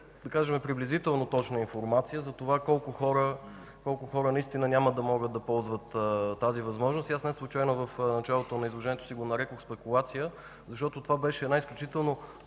приблизително точна информация колко хора наистина няма да могат да ползват тази възможност. Неслучайно в началото на изложението си го нарекох „спекулация”, защото това беше една изключително